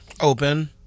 Open